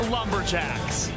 Lumberjacks